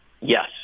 Yes